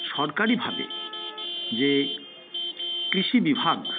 সরকারিভাবে যে কৃষি বিভাগ